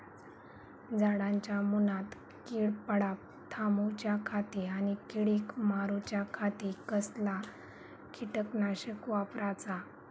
झाडांच्या मूनात कीड पडाप थामाउच्या खाती आणि किडीक मारूच्याखाती कसला किटकनाशक वापराचा?